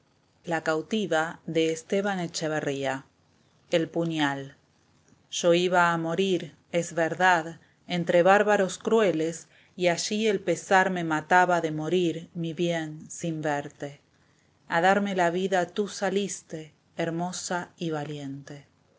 aquella bárbara fiesta tercera parte el puñal yo iba a morir es verdad entre bárbaros crueles y allí el pesar me mataba de morir mi bien sin verte a darme la vida tú saliste hermosa y valiente